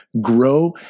grow